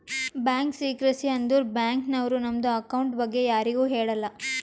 bank secrecy ಅಂದುರ್ bank ನವ್ರು ನಮ್ದು ಅಕೌಂಟ್ ಬಗ್ಗೆ ಯಾರಿಗು ಹೇಳಲ್ಲ